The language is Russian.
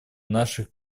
наших